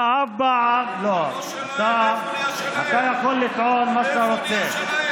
אתה אף פעם, זה לא שלהם.